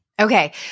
Okay